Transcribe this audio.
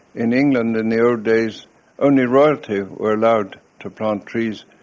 in england in the old days only royalty were allowed to plant trees,